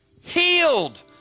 healed